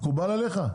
מקובל עליך?